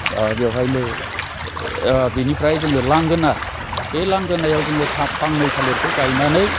बेवहायनो बिनिफ्रा जोङो लांगोना बे लांगोनायाव जोङो फांनै थालिरखौ गायनानै